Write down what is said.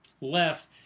left